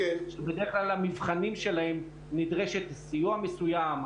בדרך כלל במבחנים שלהם נדרש סיוע מסוים,